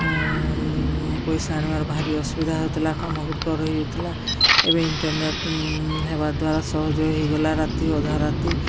ପଇସା ଆଣିବାର ଭାରି ଅସୁବିଧା ହଉଥିଲା କାମ ଗୁଡ଼ିକ ରହି ଯାଉଥିଲା ଏବେ ଇଣ୍ଟରନେଟ ହେବା ଦ୍ୱାରା ସହଜ ହେଇଗଲା ରାତି ଅଧା ରାତି